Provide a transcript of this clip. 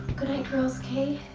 good night girls, k?